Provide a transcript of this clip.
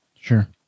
Sure